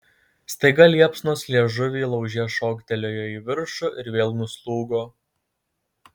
staiga liepsnos liežuviai lauže šoktelėjo į viršų ir vėl nuslūgo